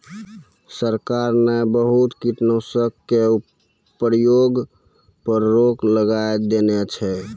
सरकार न बहुत कीटनाशक के प्रयोग पर रोक लगाय देने छै